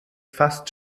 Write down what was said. fast